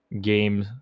game